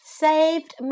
saved